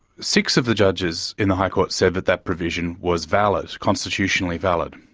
six of the judges in the high court said that that provision was valid, constitutionally valid.